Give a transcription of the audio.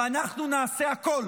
ואנחנו נעשה הכול